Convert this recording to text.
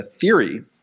theory